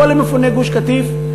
הכול למפוני גוש-קטיף.